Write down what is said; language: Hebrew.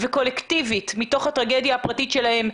וקולקטיבית מתוך הטרגדיה הפרטית שלהם.